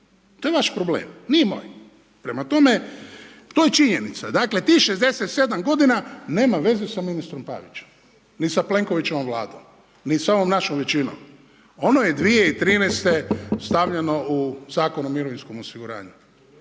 To je vaš problem. Nije moj. Prema tome, to je činjenica. Dakle, tih 67 godina nema veze sa ministrom Pavićem, niti sa Plenkovićevom Vladom, ni sa ovom našom većinom. Ono je 2013. stavljeno u Zakon o mirovinskom osiguranju.